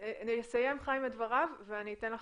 יסיים חיים את דבריו ואני אתן לך,